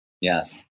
Yes